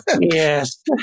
yes